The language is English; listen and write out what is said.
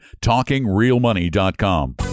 talkingrealmoney.com